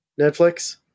Netflix